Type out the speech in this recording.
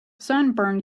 sunburn